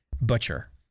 butcher